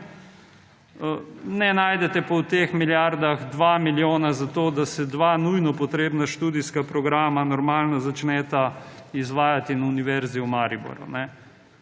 ne najdete pa v teh milijardah 2 milijona za to, da se dva nujno potrebna študijska programa normalno začneta izvajati na univerzi v Mariboru.